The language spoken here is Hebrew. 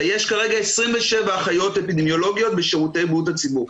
יש כרגע 27 אחיות אפידמיולוגיות בשירותי בריאות הציבור.